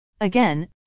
Again